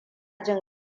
jin